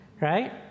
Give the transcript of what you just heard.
right